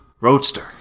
roadster